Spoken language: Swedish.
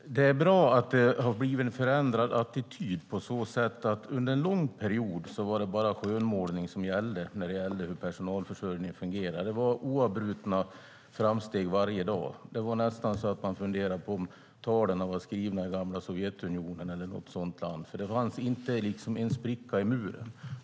Herr talman! Det är bra att det har blivit en förändrad attityd på så sätt att det under en lång period var bara skönmålning som gällde i fråga om hur personalförsörjningen fungerar. Det var oavbrutna framsteg varje dag. Det var nästan så att man funderade på om talen var skrivna i gamla Sovjetunionen eller något sådant land eftersom det inte fanns en spricka i muren.